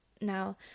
Now